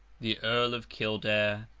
the earl of kildare,